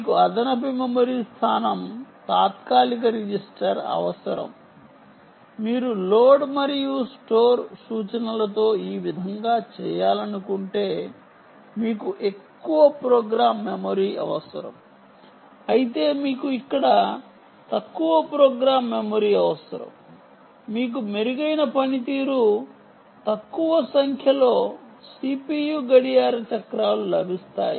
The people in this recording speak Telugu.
మీకు అదనపు మెమరీ స్థానం తాత్కాలిక రిజిస్టర్ అవసరం మీరు లోడ్ మరియు స్టోర్ సూచనలతో ఈ విధంగా చేయాలనుకుంటే మీకు ఎక్కువ ప్రోగ్రామ్ మెమరీ అవసరం అయితే మీకు ఇక్కడ తక్కువ ప్రోగ్రామ్ మెమరీ అవసరం మీకు మెరుగైన పనితీరు తక్కువ సంఖ్యలో CPU గడియార చక్రాలు లభిస్తాయి